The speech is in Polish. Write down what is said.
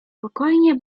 spokojnie